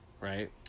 right